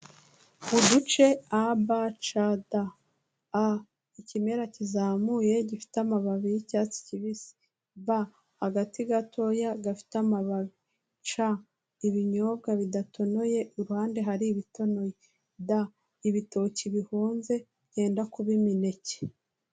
Uduce ABCD. A: ikimera kizamuye gifite amababi y'icyatsi kibisi. B: agati gatoya gafite amababi. C: ibinyobwa bidatonoye iruhande hari ibitonoye. D: ibitoki bihonze byenda kuba imineke.